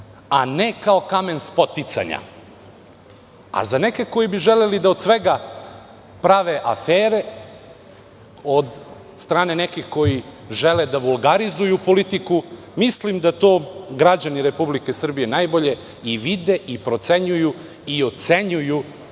a ne kao kamen spoticanja. Za neke koji bi želeli da od svega prave afere od strane nekih koji žele da vulgarizuju politiku, mislim da to građani Republike Srbije najbolje i vide i procenjuju i ocenjuju na